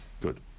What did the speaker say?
Good